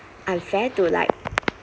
unfair to like